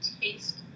taste